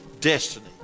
destiny